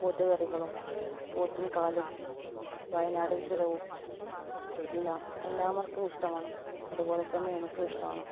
പോത്തു കറികളും പോത്തും കാലും വയനാടൻ ചുരവും എല്ലാം എല്ലാവർക്കും ഇഷ്ടമാണ് അതുപോലെത്തന്നെ എനിക്കും ഇഷ്ടമാണ്